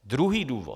Druhý důvod.